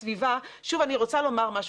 אני רוצה לומר משהו,